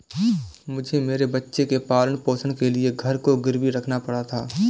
मुझे मेरे बच्चे के पालन पोषण के लिए घर को गिरवी रखना पड़ा था